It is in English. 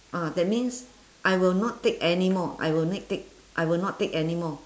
ah that means I will not take anymore I will only take I will not take anymore